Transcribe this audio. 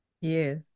Yes